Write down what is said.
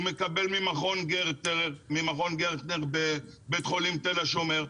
הוא מקבל ממכון גרטנר בבית חולים תל השומר,